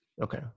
Okay